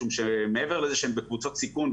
משום שמעבר לזה שהם בקבוצות סיכון,